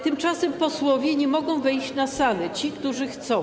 Tymczasem posłowie nie mogą wejść na salę - ci, którzy chcą.